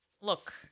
Look